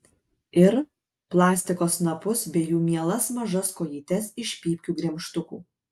ir plastiko snapus bei jų mielas mažas kojytes iš pypkių gremžtukų